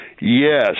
Yes